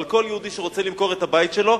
על כל יהודי שרוצה למכור את הבית שלו,